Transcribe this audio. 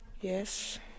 yes